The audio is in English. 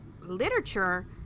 literature